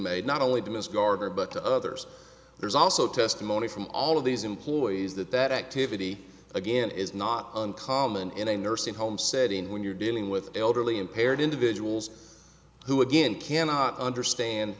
made not only to ms gardner but to others there's also testimony from all of these employees that that activity again is not uncommon in a nursing home setting when you're dealing with elderly impaired individuals who again cannot understand